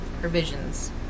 provisions